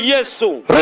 Jesus